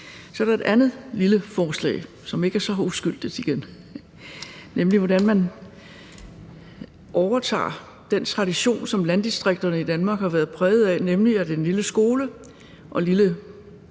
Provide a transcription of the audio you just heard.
Så er der et andet lille forslag, som ikke er så uskyldigt igen, nemlig hvordan man overtager den tradition, som landdistrikterne i Danmark har været præget af, nemlig at den lille skole og den lille